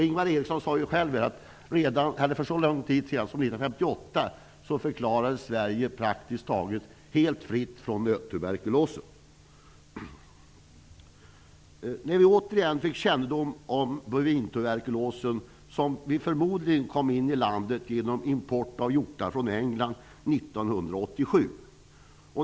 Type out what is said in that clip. Ingvar Eriksson sade ju själv att Sverige redan 1958 förklarades praktiskt taget helt fritt från nöttuberkulos. Men vi fick återigen kännedom om bovintuberkulosen, som förmodligen kom in i landet genom import av hjortar från England 1987.